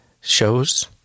shows